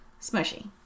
smushy